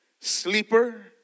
Sleeper